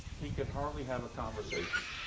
he could hardly have a conversation.